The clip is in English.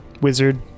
Wizard